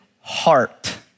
heart